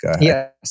Yes